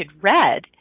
red